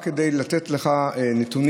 רק כדי לתת לך נתונים,